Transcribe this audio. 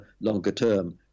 longer-term